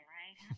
right